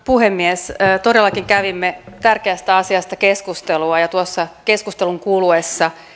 puhemies todellakin kävimme tärkeästä asiasta keskustelua ja tuossa keskustelun kuluessa